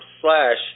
slash